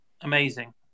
Amazing